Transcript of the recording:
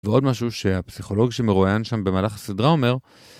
ועוד משהו שהפסיכולוג שמרואיין שם במהלך הסדרה אומר.